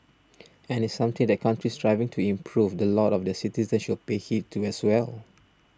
and it's something that countries striving to improve the lot of their citizens should pay heed to as well